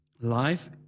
Life